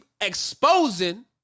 exposing